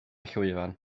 llwyfan